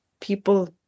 people